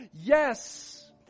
Yes